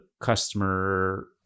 customer